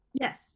Yes